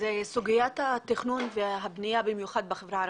סוגיית התכנון והבנייה במיוחד בחברה הערבית,